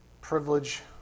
privilege